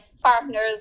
partners